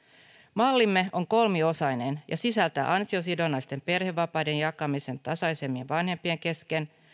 mallimme on kolmiosainen ja sisältää ansiosidonnaisten perhevapaiden jakamisen tasaisemmin vanhempien kesken